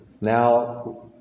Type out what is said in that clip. Now